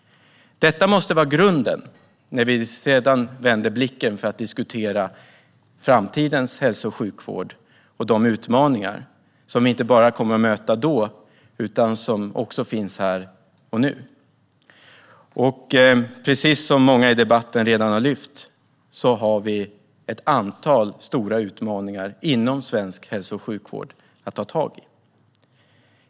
Detta måste vara grunden när vi vänder blicken framåt och diskuterar framtidens hälso och sjukvård och de utmaningar som vi inte bara kommer att möta då utan som också finns här och nu. Precis som många i debatten redan har lyft fram har vi ett antal stora utmaningar att ta tag i inom svensk hälso och sjukvård.